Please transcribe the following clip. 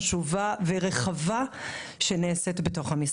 החשובה והרחבה שנעשית בתוך המשרד.